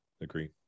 Agree